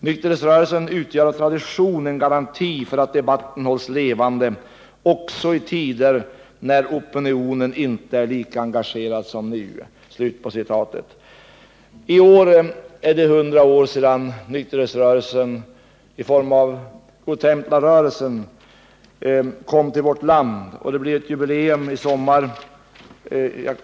Nykterhetsrörelsen utgör av tradition en garanti för att debatten hålls levande också i tider när opinionen inte är lika engagerad som nu.” I år är det 100 år sedan den nykterhetsrörelse som kallas Godtemplarrörelsen kom till vårt land, och det blir ett jubileum i sommar.